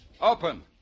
Open